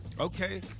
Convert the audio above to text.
Okay